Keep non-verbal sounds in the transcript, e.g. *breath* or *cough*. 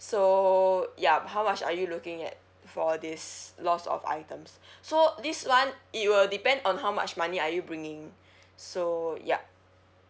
so ya how much are you looking at for this lost of items *breath* so this one it will depend on how much money are you bringing so ya